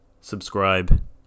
subscribe